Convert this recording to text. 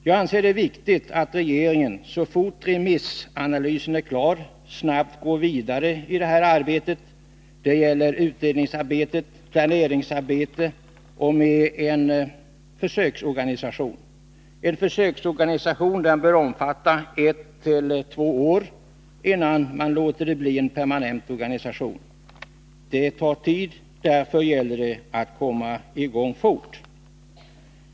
Jag anser det viktigt att regeringen så fort remissanalysen är klar snabbt går vidare det här arbetet. Det gäller utredningsarbete, planeringsarbete och en försöksorganisation. En försöksorganisation bör omfatta ett eller två år innan man låter det bli en permanent organisation. Det tar tid, och därför gäller det att komma i gång fort.